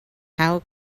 how